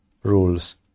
rules